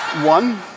One